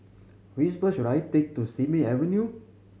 which bus should I take to Simei Avenue